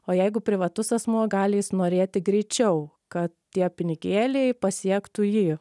o jeigu privatus asmuo gali jis norėti greičiau kad tie pinigėliai pasiektų jį